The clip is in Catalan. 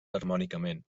harmònicament